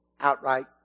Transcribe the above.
outright